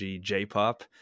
J-pop